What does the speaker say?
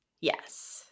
Yes